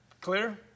Clear